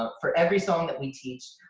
um for every song that we teach.